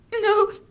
no